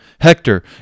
Hector